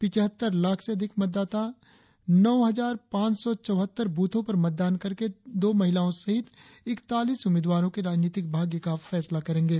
पिचहत्तर लाख से अधिक मतदाता नौ हजार पांच सौ चौहत्तर ब्रथों पर मतदान करके दो महिलाओं सहित इकतालीस उम्मीदवारों के राजनीतिक भाग्य का फैसला करेंगे